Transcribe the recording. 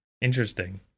interesting